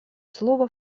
слово